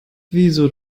wieso